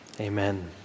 amen